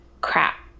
crap